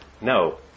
No